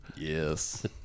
Yes